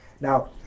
Now